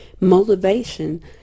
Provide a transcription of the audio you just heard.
motivation